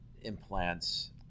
implants